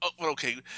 Okay